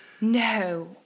No